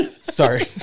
Sorry